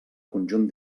conjunt